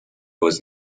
was